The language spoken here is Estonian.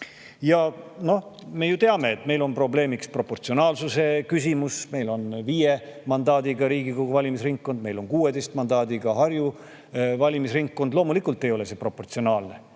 me ju teame, et meil on probleemiks proportsionaalsuse küsimus, meil on viie mandaadiga Riigikogu valimisringkond, meil on 16 mandaadiga Harju valimisringkond. Loomulikult ei ole see proportsionaalne.